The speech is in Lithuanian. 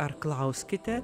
ar klauskite